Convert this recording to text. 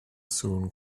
sŵn